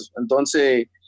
entonces